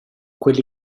quelli